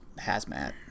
hazmat